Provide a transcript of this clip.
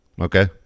Okay